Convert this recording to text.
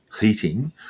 heating